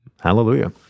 Hallelujah